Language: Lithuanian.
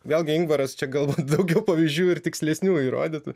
vėlgi ingvaras čia galbūt daugiau pavyzdžių ir tikslesnių įrodytų